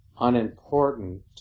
unimportant